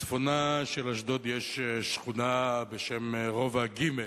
בצפונה של אשדוד יש שכונה בשם רובע ג',